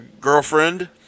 girlfriend